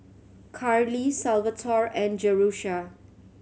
Carley Salvatore and Jerusha